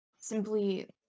simply